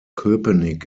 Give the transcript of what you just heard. köpenick